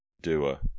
doer